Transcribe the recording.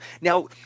now